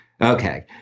Okay